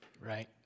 right